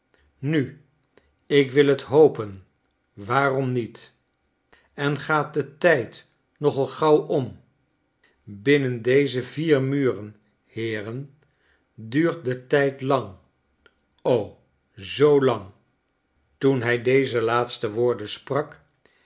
nu ik wil t hopen waarom niet en gaat de tijd nogal gauwom binnen deze vier muren heeren duurt de tijd lang o zoo lang toen hi deze laatste woorden sprak